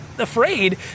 afraid